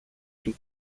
του